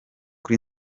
kuri